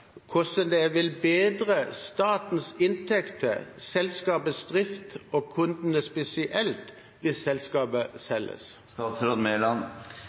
hvordan det vil bedre statens inntekter, selskapets drift og gagne kundene spesielt hvis selskapet selges?